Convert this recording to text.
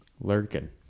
lurking